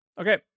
Okay